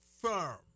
firm